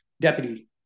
deputy